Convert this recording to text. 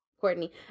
Courtney